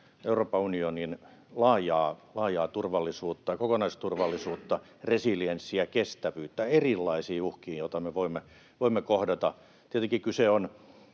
Euroopan unionin laajaa turvallisuutta, kokonaisturvallisuutta, resilienssiä, kestävyyttä erilaisiin uhkiin, joita me voimme kohdata. Tietenkin kyse on